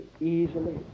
easily